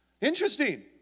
Interesting